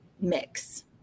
mix